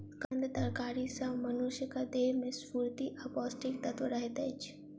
कंद तरकारी सॅ मनुषक देह में स्फूर्ति आ पौष्टिक तत्व रहैत अछि